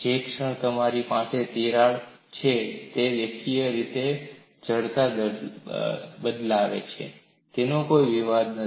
જે ક્ષણ તમારી પાસે તિરાડ ક્રેક છે દેખીતી રીતે જડતા બદલાશે તેમાં કોઈ વિવાદ નથી